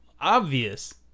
obvious